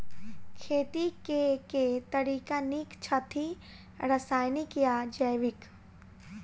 खेती केँ के तरीका नीक छथि, रासायनिक या जैविक?